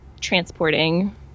transporting